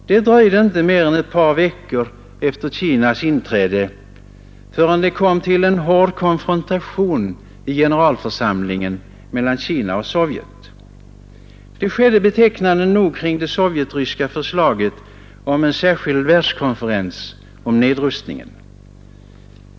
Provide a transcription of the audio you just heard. Det dröjde inte mer än ett par veckor efter Kinas inträde förrän det kom till en hård konfrontation i generalförsamlingen mellan Kina och Sovjet. Det skedde betecknande nog kring det sovjetryska förslaget om en särskild världskonferens om nedrustningen.